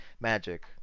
magic